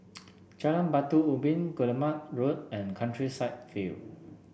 Jalan Batu Ubin Guillemard Road and Countryside View